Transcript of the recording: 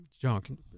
junk